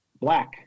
black